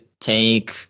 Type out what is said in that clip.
take